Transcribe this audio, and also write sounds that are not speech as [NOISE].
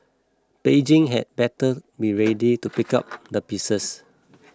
Beijing had better be [NOISE] ready to pick up the pieces